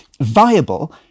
viable